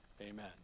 amen